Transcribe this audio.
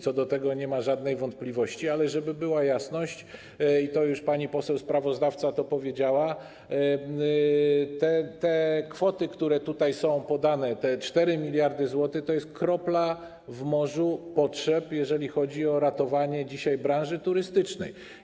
Co do tego nie ma żadnych wątpliwości, ale żeby była jasność - pani poseł sprawozdawca już to powiedziała - te kwoty, które tutaj są podane, 4 mld zł, to jest kropla w morzu potrzeb, jeżeli chodzi o ratowanie branży turystycznej.